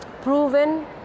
proven